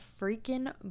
freaking